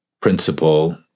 principle